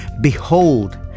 behold